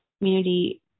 community